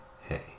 hey